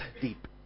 deep